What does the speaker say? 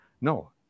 No